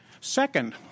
Second